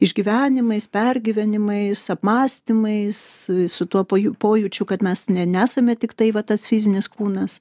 išgyvenimais pergyvenimais apmąstymais su tuo paju pojūčiu kad mes ne nesame tiktai va tas fizinis kūnas